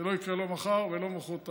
זה לא יקרה לא מחר ולא מוחרתיים,